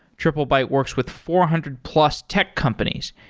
triplebyte works with four hundred plus tech companies,